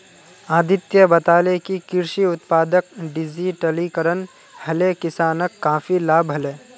अदित्य बताले कि कृषि उत्पादक डिजिटलीकरण हले किसानक काफी लाभ हले